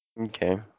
Okay